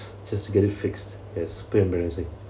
just to get it fixed yes super embarrassing